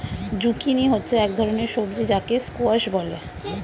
zucchini হচ্ছে এক ধরনের সবজি যাকে স্কোয়াশ বলে